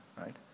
right